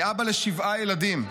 אני אבא לשבעה ילדים.